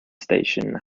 station